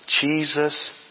Jesus